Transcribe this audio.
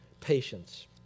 patience